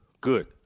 good